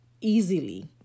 easily